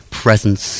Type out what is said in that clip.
presence